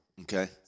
Okay